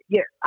Yes